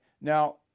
Now